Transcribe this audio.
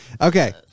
Okay